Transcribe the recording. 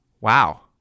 Wow